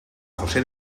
josé